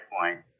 point